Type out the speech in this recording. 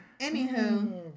Anywho